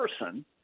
person –